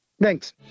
Thanks